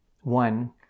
one